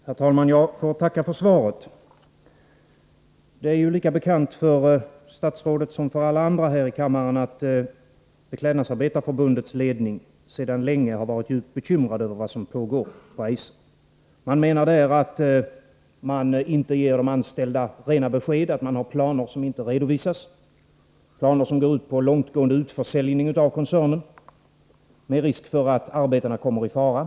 Herr talman! Jag får tacka för svaret. Det är lika bekant för statsrådet som för alla andra här i kammaren att Beklädnadsarbetareförbundets ledning sedan länge har varit djupt bekymrad över vad som pågår i Eiser. Man menar att de anställda inte ges klara besked och att det finns planer som inte redovisas — planer som går ut på långtgående utförsäljningar av koncernen med risk för att arbetarna kommer i fara.